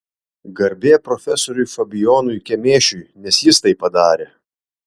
garbė profesoriui fabijonui kemėšiui nes jis tai padarė